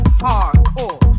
hardcore